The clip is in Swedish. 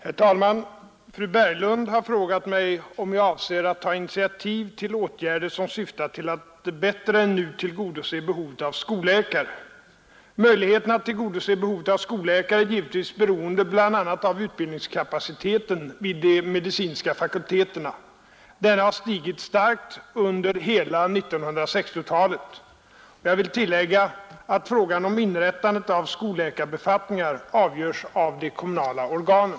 Herr talman! Fru Berglund har frågat mig om jag avser att ta initiativ till åtgärder som syftar till att bättre än nu tillgodose behovet av skolläkare, Möjligheterna att tillgodose behovet av skolläkare är givetvis beroende bl.a. av utbildningskapaciteten vid de medicinska fakulteterna. Denna har stigit starkt under hela 1960-talet. Jag vill tillägga att frågan om inrättande av skolläkarbefattningar avgörs av de kommunala organen.